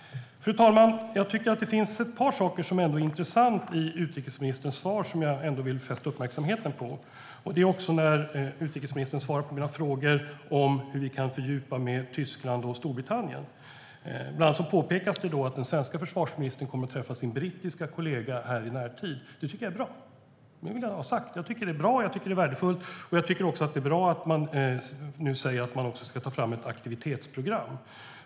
Fru talman! Jag tycker ändå att det finns ett par intressanta saker i utrikesministerns svar som jag vill fästa uppmärksamheten på. Det gäller utrikesministerns svar på mina frågor om hur vi kan fördjupa samarbetet med Tyskland och Storbritannien. Det påpekas bland annat att den svenska försvarsministern kommer att träffa sin brittiska kollega i närtid. Det tycker jag är bra. Det vill jag ha sagt. Jag tycker att det är bra, och jag tycker att det är värdefullt. Jag tycker också att det är bra att man nu säger att man ska ta fram ett aktivitetsprogram.